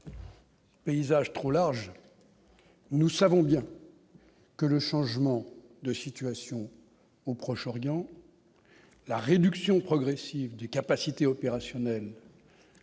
Paysage trop large, nous savons bien. Que le changement de situation au Proche-Orient, la réduction progressive du capacités opérationnelles.